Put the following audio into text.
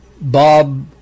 Bob